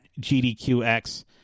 gdqx